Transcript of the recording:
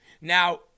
Now